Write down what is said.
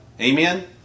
Amen